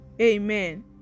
Amen